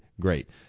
great